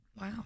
Wow